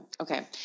okay